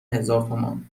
هزارتومان